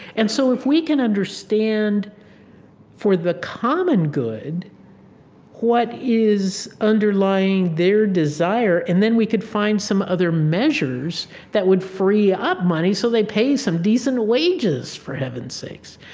and so if we can understand for the common good what is underlying their desire, and then we could find some other measures that would free up money, so they pay some decent wages for heaven's sakes.